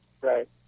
Right